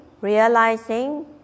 realizing